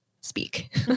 speak